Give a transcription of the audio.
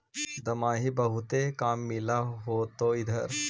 दमाहि बहुते काम मिल होतो इधर?